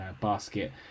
basket